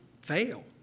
fail